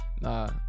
Nah